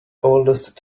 oldest